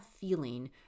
feeling